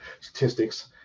statistics